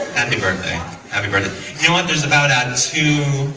happy birthday happy birthda you know and there's about ah